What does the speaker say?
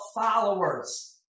followers